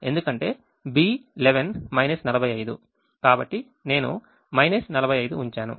ఎందుకంటే B11 - 45 కాబట్టి నేను 45 ఉంచాను